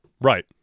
right